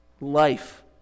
life